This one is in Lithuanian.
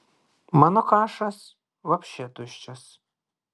mano kašas vapše tuščias